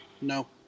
No